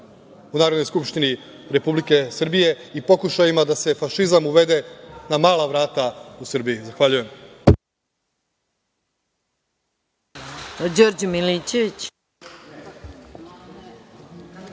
u Narodnoj skupštini Republike Srbije i pokušajima da se fašizam uvede na mala vrata u Srbiji. Zahvaljujem.